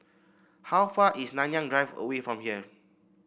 how far is Nanyang Drive away from here